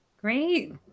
Great